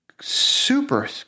super